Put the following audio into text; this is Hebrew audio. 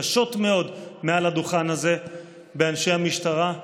קשות מאוד מעל הדוכן הזה באנשי המשטרה.